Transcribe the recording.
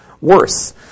worse